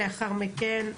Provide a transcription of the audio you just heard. ולאחר מכן,